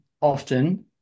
often